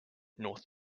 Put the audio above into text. north